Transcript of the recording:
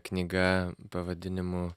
knyga pavadinimu